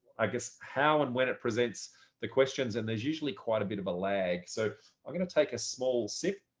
ah how and when it presents the questions and there's usually quite a bit of a lag. so i'm going to take a small sip.